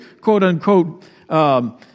quote-unquote